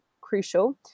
crucial